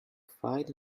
fight